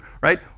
right